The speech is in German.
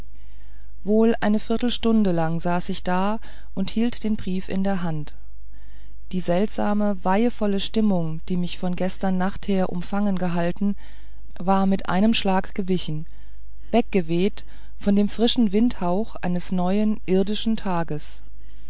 wohl eine viertelstunde lang saß ich da und hielt den brief in der hand die seltsame weihevolle stimmung die mich von gestern nacht her umfangen gehalten war mit einem schlag gewichen weggeweht von dem frischen windhauch eines neuen irdischen tages